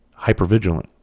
hypervigilant